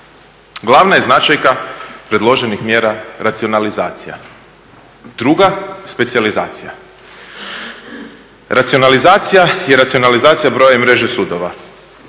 Glavna je značajka predloženih mjera racionalizacija. Druga, specijalizacija, racionalizacija i racionalizacija broja i mreže sudova.